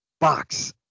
box